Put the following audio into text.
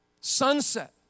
Sunset